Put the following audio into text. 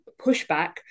pushback